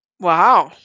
Wow